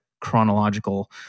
chronological